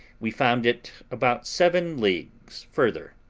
we found it about seven leagues further.